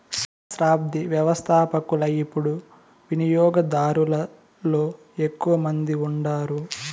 సహస్రాబ్ది వ్యవస్థపకులు యిపుడు వినియోగదారులలో ఎక్కువ మంది ఉండారు